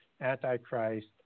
Antichrist